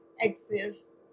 exist